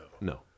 No